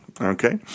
okay